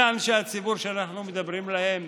אלה אנשי הציבור שאנחנו מדברים עליהם,